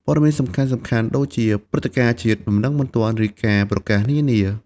ព័ត៌មានសំខាន់ៗ ដូចជាព្រឹត្តិការណ៍ជាតិ ដំណឹងបន្ទាន់ ឬការប្រកាសនានា។